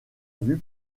vue